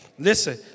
Listen